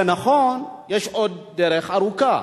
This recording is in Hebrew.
זה נכון, יש עוד דרך ארוכה.